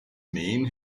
mean